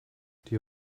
die